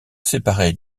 séparé